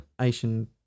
Asian